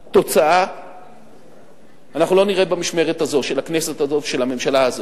התוצאה אנחנו לא נראה במשמרת הזו של הכנסת הזו ושל הממשלה הזו.